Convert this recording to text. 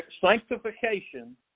sanctification